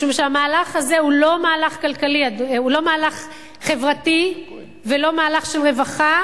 משום שהמהלך הזה הוא לא מהלך חברתי ולא מהלך של רווחה